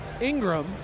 Ingram